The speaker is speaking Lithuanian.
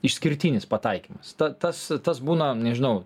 išskirtinis pataikymas ta tas tas būna nežinau